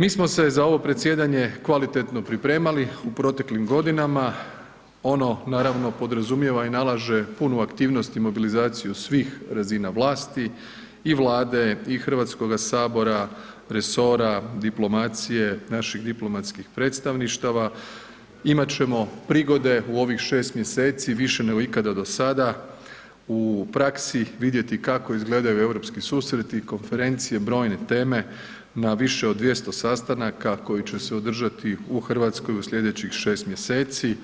Mi smo se za ovo predsjedanje kvalitetno pripremali u proteklim godinama, ono naravno podrazumijeva i nalaže punu aktivnost i mobilizaciju svih razina vlasti i Vlade i HS, resora, diplomacije, naših diplomatskih predstavništava, imat ćemo prigode u ovih 6 mjeseci više nego ikada dosada u praksi vidjeti kako izgledaju europski susreti, konferencije, brojne teme na više od 200 sastanaka koji će se održati u RH u slijedećih 6 mjeseci,